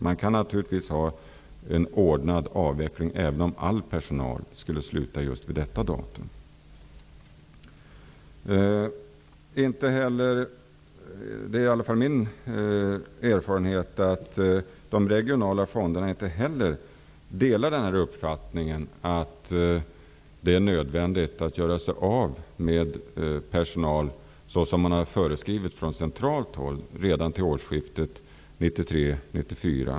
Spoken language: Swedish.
Man kan naturligtvis ha en ordnad avveckling även om all personal skulle sluta just vid detta datum. Min erfarenhet är den att de regionala fonderna inte heller delar uppfattningen att det är nödvändigt att göra sig av med personal, så som det har föreskrivits från centralt håll, redan till årsskiftet 1994/95.